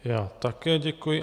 Já také děkuji.